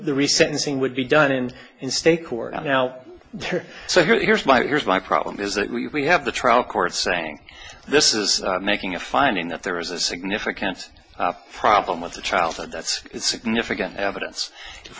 the recent thing would be done and in state court now so here's my here's my problem is that we have the trial court saying this is making a finding that there is a significant problem with a child that's significant evidence if